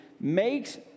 makes